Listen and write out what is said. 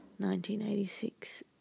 1986